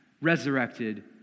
resurrected